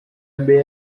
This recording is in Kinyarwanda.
mbere